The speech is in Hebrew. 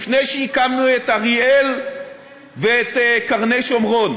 לפני שהקמנו את אריאל ואת קרני-שומרון.